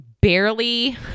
barely